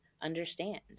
understand